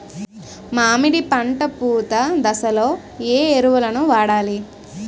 మామిడి పంట పూత దశలో ఏ ఎరువులను వాడాలి?